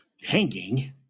hanging